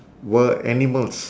were animals